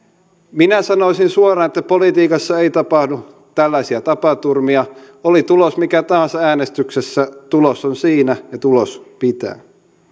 minä sanoisin suoraan että politiikassa ei tapahdu tällaisia tapaturmia oli tulos mikä tahansa äänestyksessä tulos on siinä ja tulos pitää